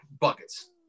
buckets